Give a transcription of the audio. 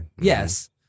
Yes